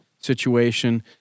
situation